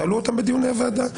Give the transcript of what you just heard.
תעלו אותם בדיון בוועדה.